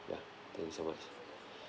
ya thank you so much